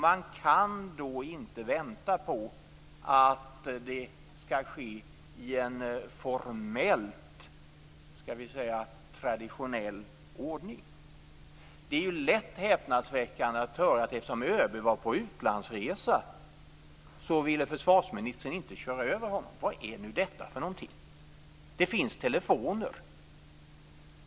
Man kan då inte vänta på att det skall ske i en formellt traditionell ordning. Det är lätt häpnadsväckande att höra att eftersom ÖB var på utlandsresa ville försvarsministern inte köra över honom. Vad är nu detta för någonting? Det finns telefoner!